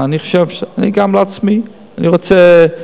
אני גם לעצמי, אני רוצה,